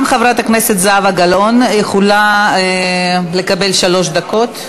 גם חברת הכנסת זהבה גלאון יכולה לקבל שלוש דקות.